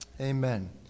Amen